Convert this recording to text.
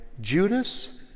Judas